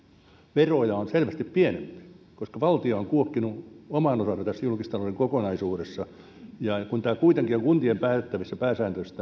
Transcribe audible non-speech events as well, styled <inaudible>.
veroja on selvästi pienempi koska valtio on kuokkinut oman osansa tässä julkistalouden kokonaisuudessa ja kun tämä kiinteistövero kuitenkin on kuntien päätettävissä pääsääntöisesti <unintelligible>